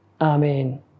Amen